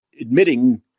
admitting